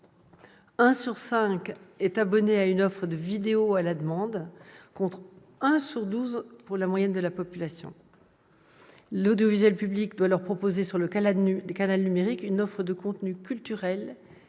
sur cinq est abonné à une offre de vidéo à la demande, contre une personne sur douze pour la moyenne de la population. L'audiovisuel public doit leur proposer, sur le canal numérique, une offre de contenus culturels,